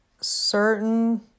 certain